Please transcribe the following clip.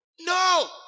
No